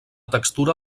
textura